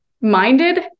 minded